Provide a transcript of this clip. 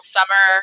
Summer